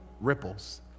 ripples